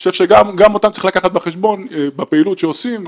אני חושב שגם אותן צריך לקחת בחשבון בפעילות שעושים